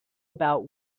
about